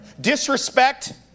disrespect